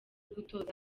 gutoza